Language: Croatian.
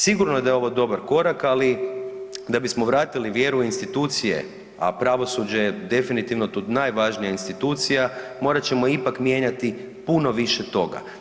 Sigurno je da je ovo dobar korak, ali da bismo vratili vjeru u institucije, a pravosuđe je definitivno tu najvažnija institucija morat ćemo ipak mijenjati puno više toga.